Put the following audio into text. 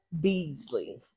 Beasley